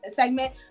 segment